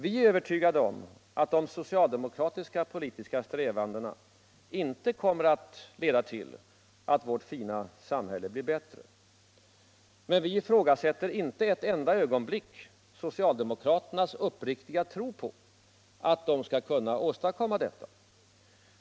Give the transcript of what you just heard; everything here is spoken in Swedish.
Vi är övertygade om att de socialdemokratiska politiska strävandena inte kommer att leda till att vårt fina samhälle blir bättre. Men vi ifrågasätter inte ett enda ögonblick socialdemokraternas uppriktiga tro på att de skall kunna åstadkomma detta.